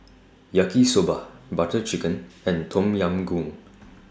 Yaki Soba Butter Chicken and Tom Yam Goong